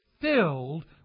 filled